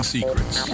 Secrets